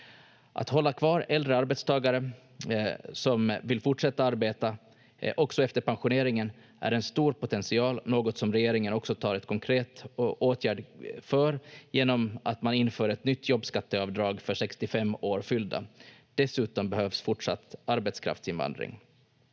Att hålla kvar äldre arbetstagare som vill fortsätta arbeta också efter pensioneringen är en stor potential, något som regeringen också tar en konkret åtgärd för genom att man inför ett nytt jobbskatteavdrag för 65 år fyllda. Dessutom behövs fortsatt arbetskraftsinvandring.